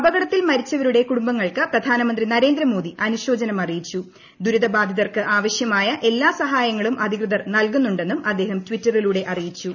അപകടത്തിൽ മരിച്ചവരുടെ കുടുംബങ്ങൾക്ക് പ്രധാനമന്ത്രി നരേന്ദ്രമോദി അനുശോചനം ആവശ്യമായ എല്ലാ സഹായങ്ങളും അധികൃതർ നൽകുന്നുണ്ടെന്നും അദ്ദേഹം ടിറ്ററിലൂടെ അറിയിച്ചു